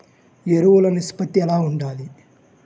ఎరువులు నిష్పత్తి ఎలా ఉండాలి?